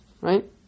right